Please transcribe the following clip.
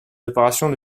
opérations